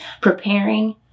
preparing